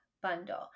bundle